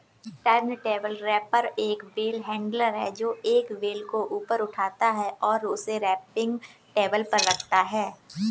turntable wrapper एक bale handler है, जो एक बेल को ऊपर उठाता है और उसे रैपिंग टेबल पर रखता है